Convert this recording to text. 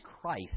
Christ